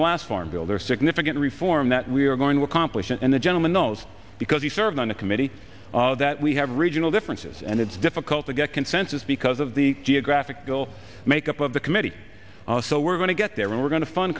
the last farm bill there are significant reforms that we are going to accomplish and the gentleman knows because he served on a committee that we have regional differences and it's difficult to get consensus because of the geographical makeup of the committee also we're going to get there we're going to fund